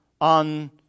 on